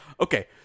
Okay